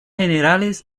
generales